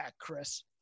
Chris